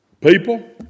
people